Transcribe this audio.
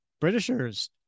Britishers